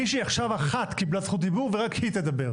מישהי אחת עכשיו קיבלה זכות דיבור ורק היא תדבר.